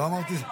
לא, אמרת טוב.